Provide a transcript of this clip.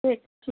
ठीक ठीक